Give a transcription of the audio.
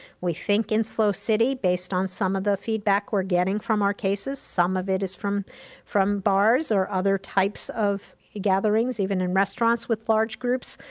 we think in slo city, based on some of the feedback we're getting from our cases, some of it is from from bars or other types of gatherings, even in restaurants with large groups.